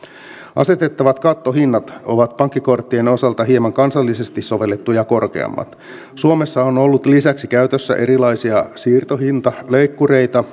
asetettavat kattohinnat ovat pankkikorttien osalta hieman kansallisesti sovellettuja korkeammat suomessa on ollut lisäksi käytössä erilaisia siirtohintaleikkureita